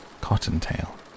Cottontail